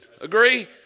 Agree